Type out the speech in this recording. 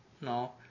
no